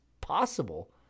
possible